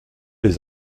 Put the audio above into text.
les